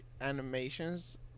animations